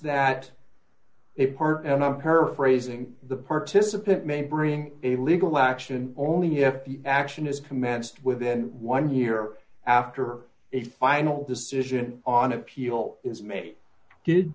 that a part and i'm paraphrasing the participant may bring a legal action only if the action is commenced within one year after a final decision on appeal is ma